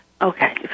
Okay